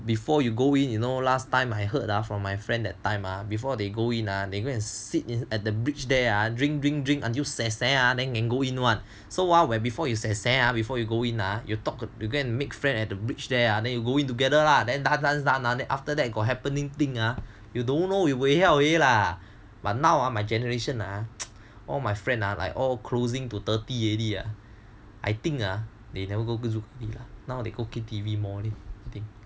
before you go in you know last time I heard from my friend that time ah before they go in ah they go and sit in at the bridge there ah drink drink drink until sey sey then you can go in [one] so before you sey sey before you go in ah you talk you can make friend at the bridge there then going together lah then dance dance dance then after that you got happening thing ah you don't know you buay hiao but now my generation ah all my friend all closing to thirty already ah I think ah they never go Zouk now they go K_T_V